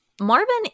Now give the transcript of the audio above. Marvin